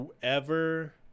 Whoever